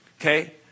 Okay